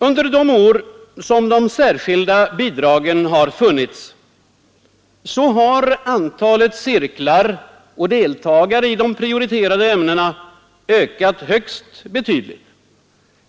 Under de år som de särskilda bidragen har funnits har antalet cirklar och deltagare i de prioriterade ämnena ökat högst betydligt.